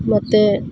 ಮತ್ತು